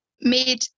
made